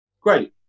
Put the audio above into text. Great